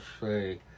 say